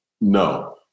No